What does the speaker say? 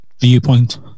viewpoint